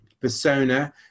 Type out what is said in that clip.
persona